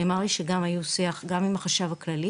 נאמר לי שגם היה שיח עם החשב הכללי